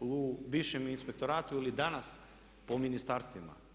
u bivšem Inspektoratu ili danas po ministarstvima.